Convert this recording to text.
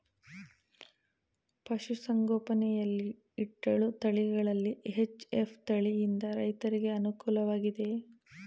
ಪಶು ಸಂಗೋಪನೆ ಯಲ್ಲಿ ಇಟ್ಟಳು ತಳಿಗಳಲ್ಲಿ ಎಚ್.ಎಫ್ ತಳಿ ಯಿಂದ ರೈತರಿಗೆ ಅನುಕೂಲ ವಾಗಿದೆಯೇ?